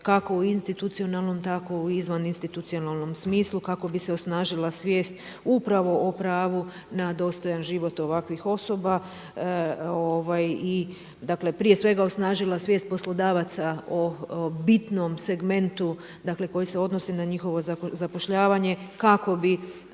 kako u institucionalnom, tako u izvan institucionalnom smislu kako bi se osnažila svijest upravo o pravu na dostojan život ovakvih osoba. Dakle, prije svega osnažila svijest poslodavaca o bitnom segmentu, dakle koji se odnosi na njihovo zapošljavanje kako bi